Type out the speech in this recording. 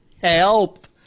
help